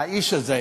האיש הזה,